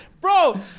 bro